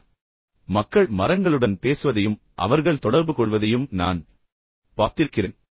பின்னர் மக்கள் மரங்களுடன் பேசுவதையும் அவர்கள் தொடர்புகொள்வதையும் நான் பார்த்திருக்கிறேன்